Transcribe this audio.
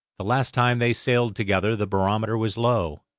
the last time they sailed together the barometer was low,